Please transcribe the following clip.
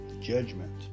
judgment